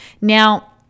Now